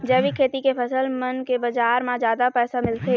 जैविक खेती के फसल मन के बाजार म जादा पैसा मिलथे